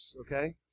okay